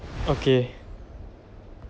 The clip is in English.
okay